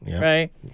right